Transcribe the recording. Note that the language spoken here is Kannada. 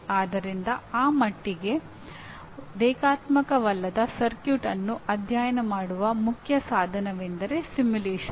ಆದ್ದರಿಂದ ಆ ಮಟ್ಟಿಗೆ ರೇಖಾತ್ಮಕವಲ್ಲದ ಸರ್ಕ್ಯೂಟ್ ಅನ್ನು ಅಧ್ಯಯನ ಮಾಡುವ ಮುಖ್ಯ ಸಾಧನವೆಂದರೆ ಸಿಮ್ಯುಲೇಶನ್